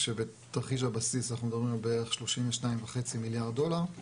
כשבתרחיש הבסיס אנחנו מדברים על בערך 32.5 מיליארד דולר,